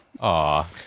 Aw